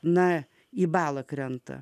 na į balą krenta